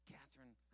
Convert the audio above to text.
Catherine